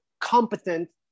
competent